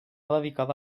dedicada